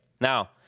Now